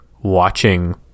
watching